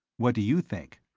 what do you think?